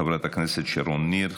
חברת הכנסת שרון ניר,